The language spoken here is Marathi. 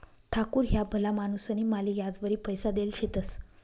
ठाकूर ह्या भला माणूसनी माले याजवरी पैसा देल शेतंस